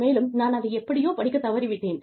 மேலும் நான் அதை எப்படியோ படிக்க தவறி விட்டேன்